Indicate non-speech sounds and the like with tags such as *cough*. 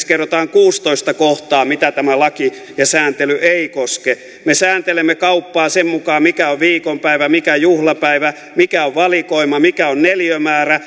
*unintelligible* kerrotaan kuudestoista kohtaa joita tämä laki ja sääntely eivät koske me sääntelemme kauppaa sen mukaan mikä on viikonpäivä mikä on juhlapäivä mikä on valikoima mikä on neliömäärä *unintelligible*